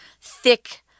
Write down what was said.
thick